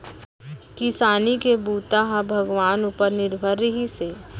किसानी के बूता ह भगवान उपर निरभर रिहिस हे